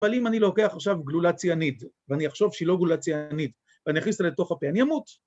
‫אבל אם אני לוקח עכשיו גלולה ציאניד, ‫ואני אחשוב שהיא לא גלולה ציאניד, ‫ואני אכניס את זה לתוך הפה, ‫אני אמות.